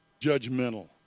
judgmental